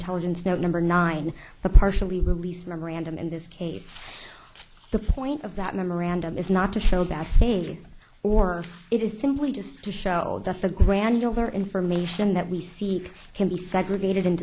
intelligence now number nine the partially released memorandum in this case the point of that memorandum is not to show that pages or it is simply just to show that the granular information that we seek can be segregated